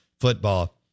Football